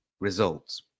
Results